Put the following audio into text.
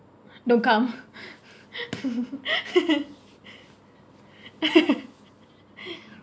don't come